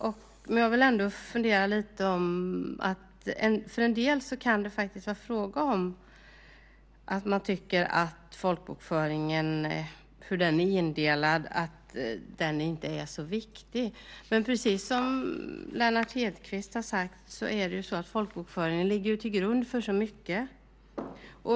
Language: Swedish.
För en del kan det vara så att man inte tycker att det är så viktigt hur folkbokföringen är indelad. Men precis som Lennart Hedquist sade ligger ju folkbokföringen till grund för så mycket.